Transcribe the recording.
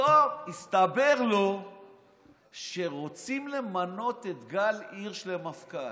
פתאום מסתבר לו שרוצים למנות את גל הירש למפכ"ל.